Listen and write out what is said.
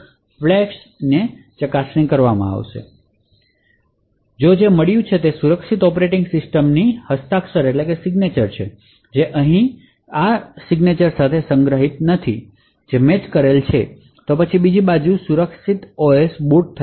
જો તેને એવું મળે કે સુરક્ષિત ઑપરેટિંગ સિસ્ટમ ની હસ્તાક્ષર સંગ્રહિત સહી સાથે મેચ કરતી નથી તો પછી સુરક્ષિત ઓએસ બુટ થશે નહી